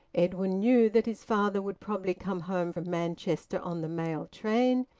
edwin knew that his father would probably come home from manchester on the mail train,